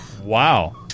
Wow